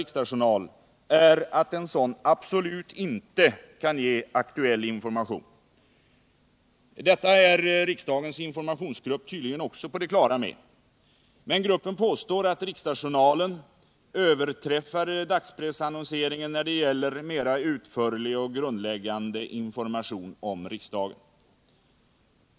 riksdagsjournal är att en sådan absolut inte kan ge aktuell information. Detta är riksdagens informationsgrupp tydligen också på det klara med, men gruppen påstår att riksdagsjournalen överträffar dagspressannonsering när det gäller mera utförlig och grundläggande information om riksdagen.